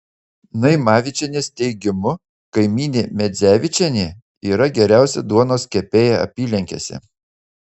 naimavičienės teigimu kaimynė medzevičienė yra geriausia duonos kepėja apylinkėse